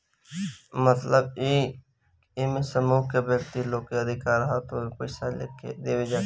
मतलब इ की एमे समूह के व्यक्ति लोग के अधिकार होत ह की पईसा केके देवल जाओ